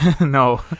No